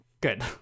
good